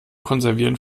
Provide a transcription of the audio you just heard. konservieren